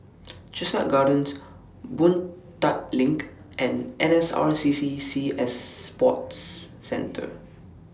Chestnut Gardens Boon Tat LINK and N S R C C Sea Sports Centre